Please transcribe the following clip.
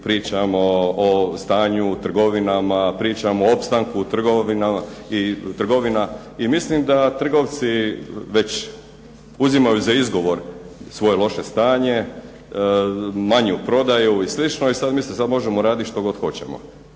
pričamo o stanju u trgovinama, pričamo o opstanku trgovina i mislim da trgovci već uzimaju za izgovor svoje loše stanje, manju prodaju i slično. I sad mi si sad možemo raditi što god hoćemo.